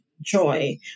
joy